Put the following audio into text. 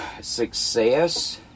Success